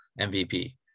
MVP